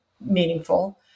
meaningful